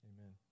Amen